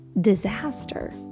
disaster